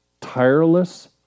tireless